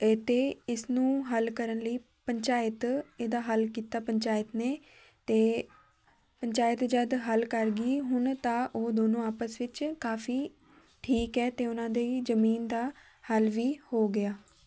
ਅਤੇ ਇਸਨੂੰ ਹੱਲ ਕਰਨ ਲਈ ਪੰਚਾਇਤ ਇਹਦਾ ਹੱਲ ਕੀਤਾ ਪੰਚਾਇਤ ਨੇ ਅਤੇ ਪੰਚਾਇਤ ਜਦ ਹੱਲ ਕਰ ਗਈ ਹੁਣ ਤਾਂ ਉਹ ਦੋਨੋਂ ਆਪਸ ਵਿੱਚ ਕਾਫੀ ਠੀਕ ਹੈ ਅਤੇ ਉਹਨਾਂ ਦੀ ਜ਼ਮੀਨ ਦਾ ਹੱਲ ਵੀ ਹੋ ਗਿਆ